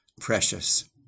precious